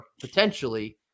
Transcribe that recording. potentially